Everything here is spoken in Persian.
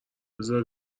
بزار